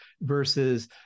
versus